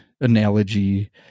analogy